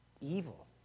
evil